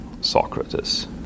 Socrates